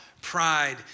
pride